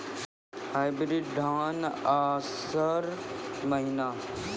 Hybrid धान आषाढ़ महीना?